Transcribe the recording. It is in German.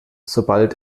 sobald